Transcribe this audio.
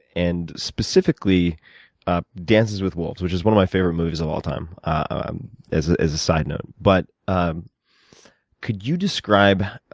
and specifically dances with wolves, which is one of my favorite movies of all time, and as ah as a side note. but um could you describe